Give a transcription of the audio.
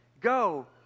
go